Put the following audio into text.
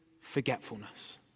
forgetfulness